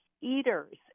eaters